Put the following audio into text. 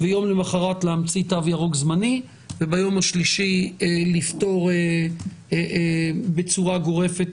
יום למחרת להמציא תו ירוק זמני וביום השלישי לפתור בצורה גורפת